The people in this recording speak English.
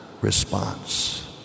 response